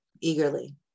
eagerly